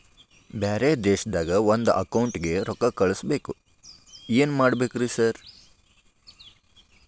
ಬ್ಯಾರೆ ದೇಶದಾಗ ಒಂದ್ ಅಕೌಂಟ್ ಗೆ ರೊಕ್ಕಾ ಕಳ್ಸ್ ಬೇಕು ಏನ್ ಮಾಡ್ಬೇಕ್ರಿ ಸರ್?